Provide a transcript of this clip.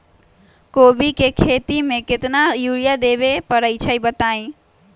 कोबी के खेती मे केतना यूरिया देबे परईछी बताई?